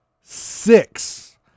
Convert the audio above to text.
six